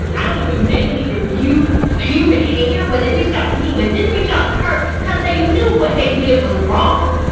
i don't need to mainly review a human hair but they reached out to me but didn't reach out to her cuz they knew what they did was wrong.